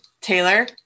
Taylor